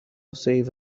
safe